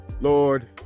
Lord